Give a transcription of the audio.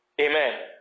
amen